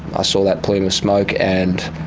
i saw that plume of smoke, and